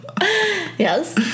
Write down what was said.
yes